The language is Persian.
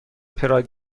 پراگ